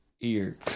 ear